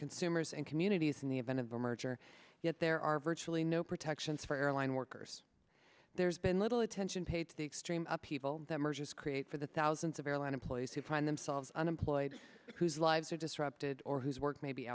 consumers and communities in the event of a merger yet there are virtually no protections for airline workers there's been little attention paid to the extreme people that mergers create for the thousands of airline employees who find themselves unemployed whose lives are disrupted or whose work may be